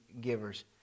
givers